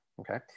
okay